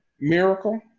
Miracle